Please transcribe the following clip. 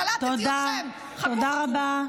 תודה, תודה רבה.